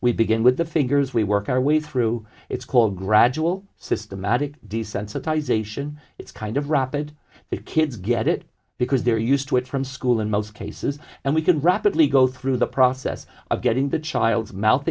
we begin with the fingers we work our way through it's called gradual systematic desensitization it's kind of rapid the kids get it because they're used to it from school in most cases and we can rapidly go through the process of getting the child's mouth